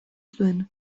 zuen